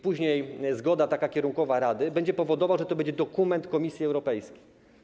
Później taka kierunkowa zgoda Rady będzie powodowała, że to będzie dokument Komisji Europejskiej.